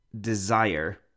desire